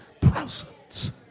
presence